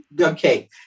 Okay